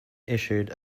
issued